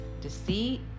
deceit